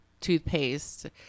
toothpaste